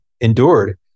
endured